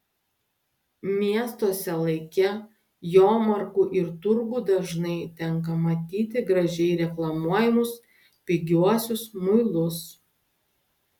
miestuose laike jomarkų ir turgų dažnai tenka matyti gražiai reklamuojamus pigiuosius muilus